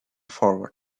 forward